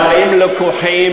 מאושר.